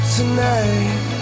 tonight